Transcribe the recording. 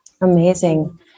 Amazing